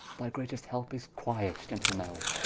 thy greatest helpe is quiet, gentle nell